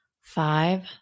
five